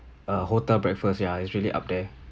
a hotel breakfast ya is really up there